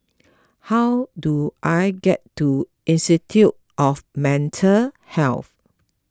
how do I get to Institute of Mental Health